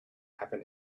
happen